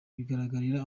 bigaragarira